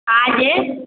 आ हे